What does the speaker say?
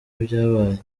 ibyabaye